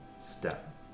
Step